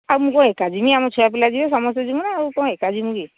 ଆଉ ମୁଁ କ'ଣ ଏକା ଯିବିଁ ଆମ ଛୁଆପିଲା ଯିବେ ସମସ୍ତେ ଯିବୁ ନା ଆଉ କଁ ଏକା ଯିବି ମୁଁ କି